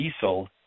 diesel